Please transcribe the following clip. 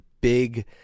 big